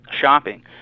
shopping